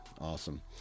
awesome